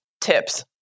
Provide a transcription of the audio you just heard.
tips